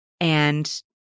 And-